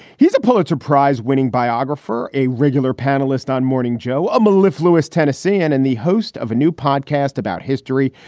here's a pulitzer prize winning biographer, a regular panelist on morning joe um ah amylin, lewis tennesseean and the host of a new podcast about history.